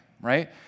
Right